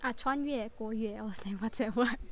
ah 穿越过越 all same lah whatever